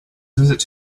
visit